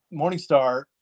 Morningstar